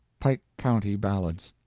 pike county ballads.